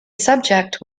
subject